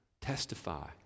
testify